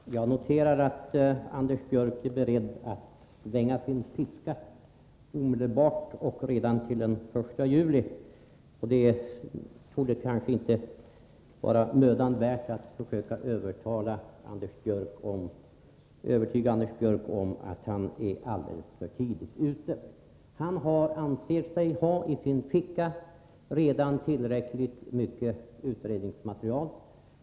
Fru talman! Jag noterar att Anders Björck är beredd att svänga sin piska omedelbart och redan till den 1 juli. Det torde kanske inte vara mödan värt att försöka övertyga honom om att han är alldeles för tidigt ute. Han anser sig redan ha i sin ficka tillräckligt med utredningsmaterial.